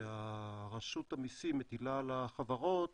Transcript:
שרשות המסים מטילה על החברות